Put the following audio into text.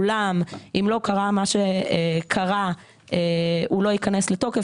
אולם אם לא קרה מה שקרה הוא לא ייכנס לתוקף,